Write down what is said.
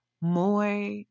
more